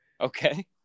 okay